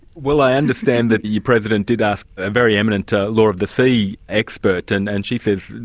well, i understand that your president did ask a very eminent ah law of the sea expert and and she says,